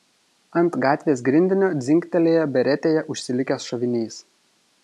ant gatvės grindinio dzingtelėjo beretėje užsilikęs šovinys